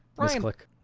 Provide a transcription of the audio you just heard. first look?